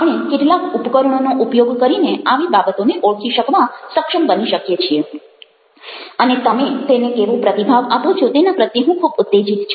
આપણે કેટલાક ઉપકરણોનો ઉપયોગ કરીને આવી બાબતોને ઓળખી શકવા સક્ષમ બની શકીએ છીએ અને તમે તેને કેવો પ્રતિભાવ આપો છો તેના પ્રત્યે હું ખૂબ ઉત્તેજિત છું